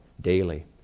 daily